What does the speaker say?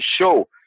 show